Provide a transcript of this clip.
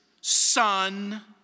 son